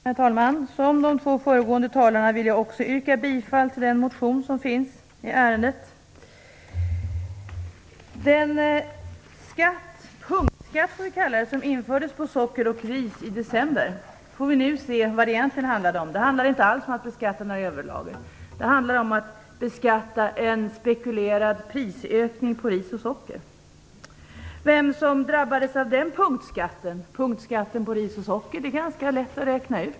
Herr talman! Liksom de två föregående talarna vill jag yrka bifall till motionen i ärendet. Vi får nu se vad den punktskatt, som vi får kalla det, som infördes på socker och ris i december egentligen handlar om. Det handlar inte alls om att beskatta några överlager, utan om att beskatta en spekulerad prisökning på ris och socker. Vem som drabbas av punktskatten på ris och socker är ganska lätt att räkna ut.